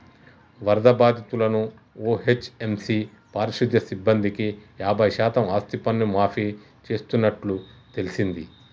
వరద బాధితులను ఓ.హెచ్.ఎం.సి పారిశుద్య సిబ్బందికి యాబై శాతం ఆస్తిపన్ను మాఫీ చేస్తున్నట్టు తెల్సింది